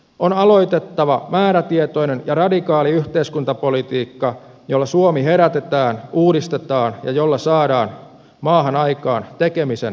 on aloitettava määrätietoinen ja radikaali yhteiskuntapolitiikka jolla suomi herätetään uudistetaan ja jolla maahan saadaan aikaan tekemisen meininki